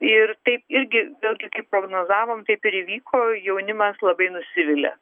ir taip irgi vėlgi kaip prognozavome taip ir įvyko jaunimas labai nusivilia